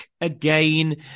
again